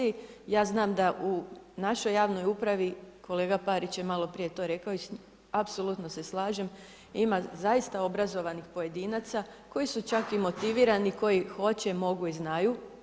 Ja znam da u našoj javnoj upravi kolega Parić je malo prije to rekao i apsolutno se slažem, ima zaista obrazovanih pojedinaca koji čak i motivirani, koji hoće, mogu i znaju.